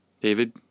David